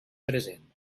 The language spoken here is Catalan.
present